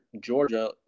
Georgia